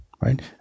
right